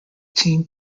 team